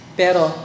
pero